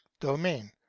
domain